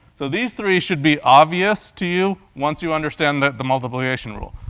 so these three should be obvious to you once you understand the the multiplication rule.